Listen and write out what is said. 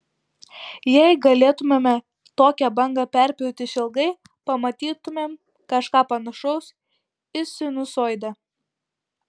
jei galėtumėme tokią bangą perpjauti išilgai pamatytumėm kažką panašaus į sinusoidę